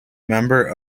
member